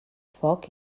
foc